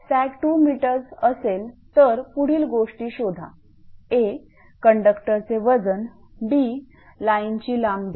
sag 2 mअसेल तर पुढील गोष्टी शोधा कंडक्टरचे वजन लाईनची लांबी